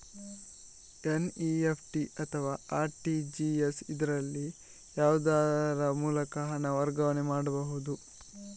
NEFT ಅಥವಾ RTGS, ಇದರಲ್ಲಿ ಯಾವುದರ ಮೂಲಕ ಹಣ ವರ್ಗಾವಣೆ ಮಾಡಬಹುದು?